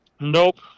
Nope